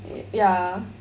ye~ ya